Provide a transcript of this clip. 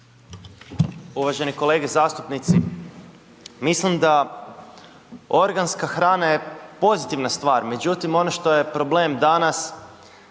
Uvaženi kolege zastupnici, mislim da organska hrana je pozitivna stvar, međutim, ono što je problem danas,